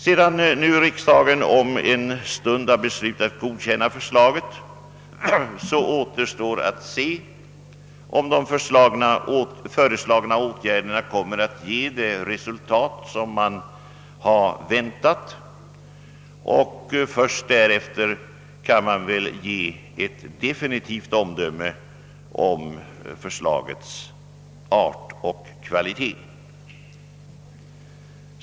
Sedan riksdagen beslutat bifalla förslaget återstår att se om de föreslagna åtgärderna kommer att ge de väntade resultaten. Först därefter kan man fälla ett definitivt omdöme om förslagets art och kvalitet.